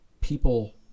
people